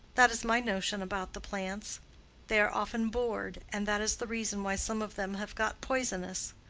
that is my notion about the plants they are often bored, and that is the reason why some of them have got poisonous.